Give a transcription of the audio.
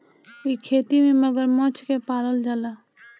इ खेती में मगरमच्छ के पालल जाला